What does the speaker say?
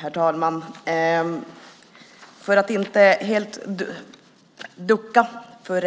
Herr talman! Jag ska inte helt ducka för